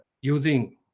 using